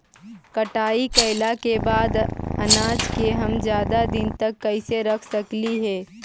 कटाई कैला के बाद अनाज के हम ज्यादा दिन तक कैसे रख सकली हे?